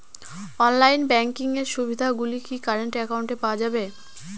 Online banking এর সুবিধে গুলি কি কারেন্ট অ্যাকাউন্টে পাওয়া যাবে?